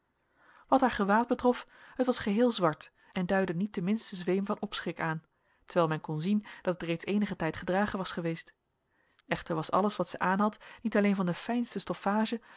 wat haar gewaad betrof het was geheel zwart en duidde niet den minsten zweem van opschik aan terwijl men kon zien dat het reeds eenigen tijd gedragen was geweest echter was alles wat zij aanhad niet alleen van de fijnste